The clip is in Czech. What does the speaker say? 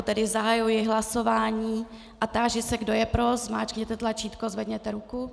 Tedy zahajuji hlasování a táži se, kdo je pro, zmáčkněte tlačítko a zvedněte ruku.